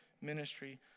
ministry